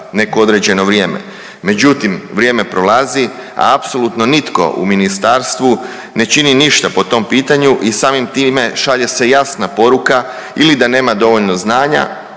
neko određeno vrijeme. Međutim, vrijeme prolazi, a apsolutno nitko u ministarstvu ne čini ništa po tom pitanju i samim time šalje se jasna poruka ili da nema dovoljno znanja